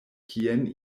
kien